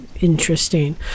interesting